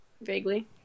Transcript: vaguely